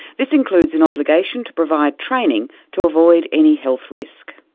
this includes an obligation to provide training to avoid any health risk.